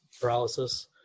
paralysis